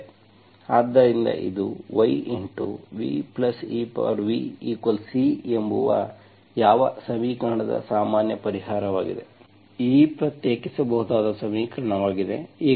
ಆದ್ದರಿಂದ ಇದು yvevC ಎಂಬುದು ಯಾವ ಸಮೀಕರಣದ ಸಾಮಾನ್ಯ ಪರಿಹಾರವಾಗಿದೆ ಈ ಪ್ರತ್ಯೇಕಿಸಬಹುದಾದ ಸಮೀಕರಣವಾಗಿದೆ